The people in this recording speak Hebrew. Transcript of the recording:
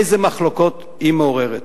איזה מחלוקות היא מעוררת.